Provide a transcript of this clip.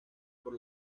por